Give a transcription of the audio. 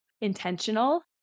intentional